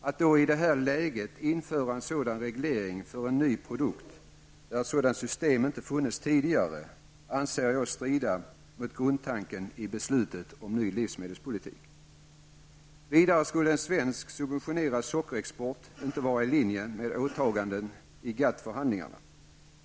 Att i det här läget införa en sådan reglering för en produkt för vilken ett sådant system inte funnits tidigare anser jag skulle strida mot grundtanken i beslutet om en ny livsmedelspolitik. Vidare skulle en svensk subventionerad sockerexport inte vara i linje med åtagandena i GATT-förhandlingarna.